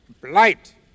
blight